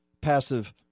passive